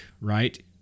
right